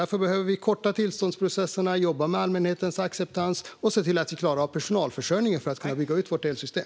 Vi behöver därför förkorta tillståndsprocesserna, jobba med allmänhetens acceptans och se till att klara personalförsörjningen för att kunna bygga ut vårt elsystem.